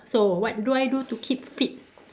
so what do I do to keep fit